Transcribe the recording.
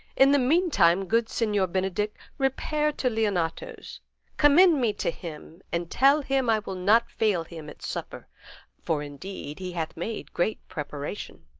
in the meantime, good signior benedick, repair to leonato's commend me to him and tell him i will not fail him at supper for indeed he hath made great preparation.